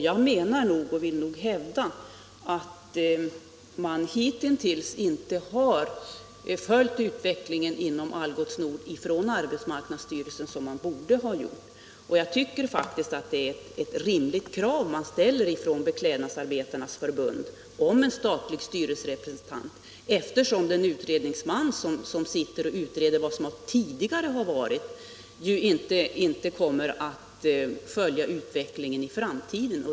Jag vill nog hävda att arbetsmarknadsstyrelsen hitintills inte har följt utvecklingen inom Algots Nord som man borde ha gjort. Det är faktiskt ett rimligt krav som Beklädnadsarbetarnas förbund ställer om en statlig styrelserepresentant, eftersom den utredningsman som utreder det som tidigare har varit inte kommer att följa utvecklingen i framtiden.